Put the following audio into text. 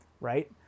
right